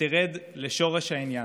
שתרד לשורש העניין.